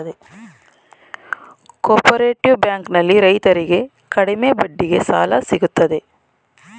cooperative bank ನಲ್ಲಿ ರೈತರಿಗೆ ಕಡಿಮೆ ಬಡ್ಡಿಗೆ ಸಾಲ ಸಿಗುತ್ತದೆ